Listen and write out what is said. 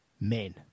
men